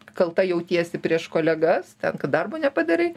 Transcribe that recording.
kalta jautiesi prieš kolegas ten kad darbo nepadarai